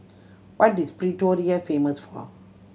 what is Pretoria famous for